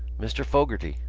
mr. fogarty.